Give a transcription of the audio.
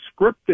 scripted